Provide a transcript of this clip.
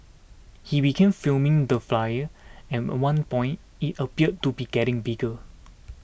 he began filming the fire and at one point it appeared to be getting bigger